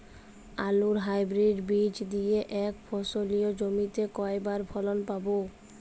আলুর হাইব্রিড বীজ দিয়ে এক ফসলী জমিতে কয়বার ফলন পাব?